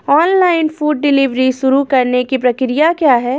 Online food delivery शुरू करने की प्रक्रिया क्या है?